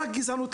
כפי